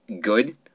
good